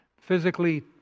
physically